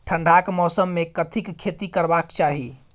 ठंडाक मौसम मे कथिक खेती करबाक चाही?